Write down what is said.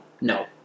No